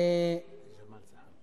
אדוני היושב-ראש,